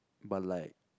but like